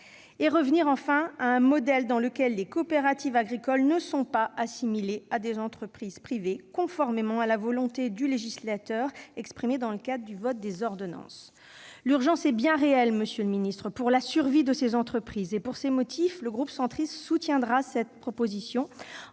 revenir à un modèle dans lequel les coopératives agricoles ne sont pas assimilées à des entreprises privées, conformément à la volonté du législateur exprimée dans le cadre du vote des ordonnances. Monsieur le ministre, l'urgence est bien réelle pour la survie de ces entreprises. Pour ces motifs, le groupe Union Centriste soutiendra cette proposition